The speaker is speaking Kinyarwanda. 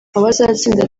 abazatsinda